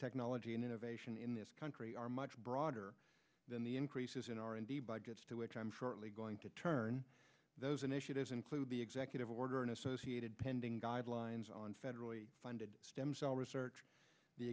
technology and innovation in this country are much broader than the increases in r and d budgets to which i'm shortly going to turn those initiatives include the executive order and associated pending guidelines on federally funded stem cell research the